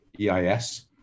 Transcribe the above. EIS